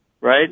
right